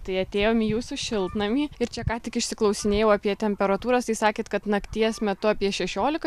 tai atėjome į jūsų šiltnamį ir čia ką tik išsiklausinėjau apie temperatūras tai sakėt kad nakties metu apie šešiolika